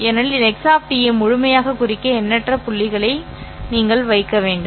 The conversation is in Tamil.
ஏனெனில் x ஐ முழுமையாகக் குறிக்க எண்ணற்ற புள்ளிகளை நீங்கள் வைக்க வேண்டும்